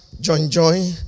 join-join